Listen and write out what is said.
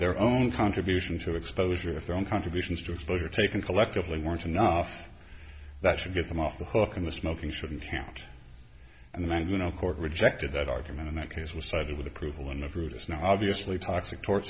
their own contribution to exposure of their own contributions to exposure taken collectively weren't enough that should get them off the hook in the smoking shouldn't can't and then you know court rejected that argument in that case was cited with approval and the fruit is now obviously toxic to